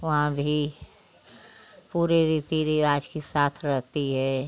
वहाँ भी पूरे रीति रिवाज के साथ रहती है